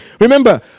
Remember